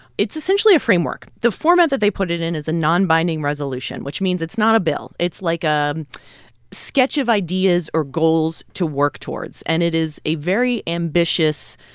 it's essentially a framework. the format that they put it in is a nonbinding resolution, which means it's not a bill. it's like a sketch of ideas or goals to work towards. towards. and it is a very ambitious,